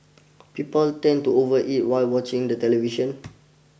people tend to overeat while watching the television